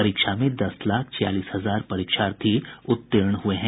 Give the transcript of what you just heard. परीक्षा में दस लाख छियालीस हजार परीक्षार्थी उत्तीर्ण हुए हैं